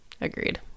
Agreed